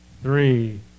Three